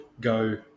go